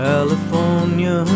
California